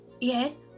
yes